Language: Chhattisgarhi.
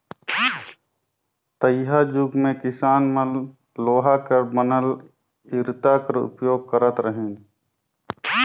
तइहाजुग मे किसान मन लोहा कर बनल इरता कर उपियोग करत रहिन